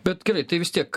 bet gerai tai vis tiek